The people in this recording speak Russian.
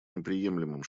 неприемлемым